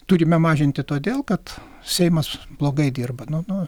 turime mažinti todėl kad seimas blogai dirba nu nu